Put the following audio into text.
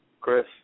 Chris